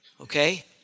Okay